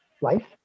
life